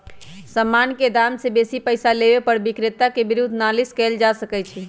समान के दाम से बेशी पइसा लेबे पर विक्रेता के विरुद्ध नालिश कएल जा सकइ छइ